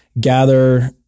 Gather